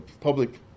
public